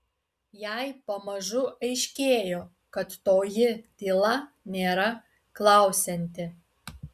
jai pamažu aiškėjo kad toji tyla nėra klausianti